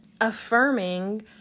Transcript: affirming